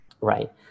Right